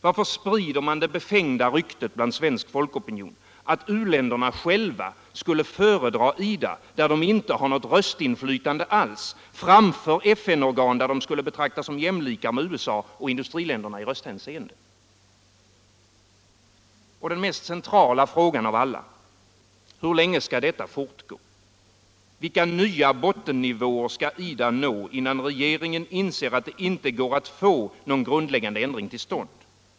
Varför sprider man det befängda ryktet bland svensk folkopinion att u-länderna själva skulle föredra IDA, där de inte har något röstinflytande alls, framför FN-organ där de skulle betraktas som jämlikar med USA och industriländerna i rösthänseende. Och den mest centrala frågan av alla: Hur länge skall detta få fortgå? Vilka nya bottennivåer skall IDA nå, innan regeringen inser att det inte går att få någon grundläggande ändring till stånd?